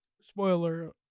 spoiler